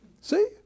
See